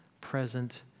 present